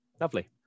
Lovely